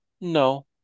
No